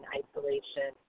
isolation